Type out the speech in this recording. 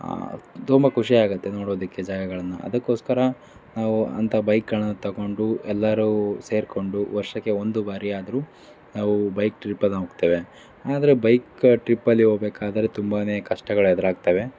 ತುಂಬ ಖುಷಿಯಾಗುತ್ತೆ ನೋಡೋದಕ್ಕೆ ಜಾಗಗಳನ್ನು ಅದಕ್ಕೋಸ್ಕರ ನಾವು ಅಂತ ಬೈಕ್ಗಳನ್ನು ತೊಗೊಂಡು ಎಲ್ಲರೂ ಸೇರಿಕೊಂಡು ವರ್ಷಕ್ಕೆ ಒಂದು ಬಾರಿಯಾದರೂ ನಾವು ಬೈಕ್ ಟ್ರಿಪ್ಪನ್ನು ಹೋಗ್ತೇವೆ ಆದರೆ ಬೈಕ್ ಟ್ರಿಪ್ಪಲ್ಲಿ ಹೋಗಬೇಕಾದ್ರೆ ತುಂಬಾ ಕಷ್ಟಗಳು ಎದುರಾಗ್ತವೆ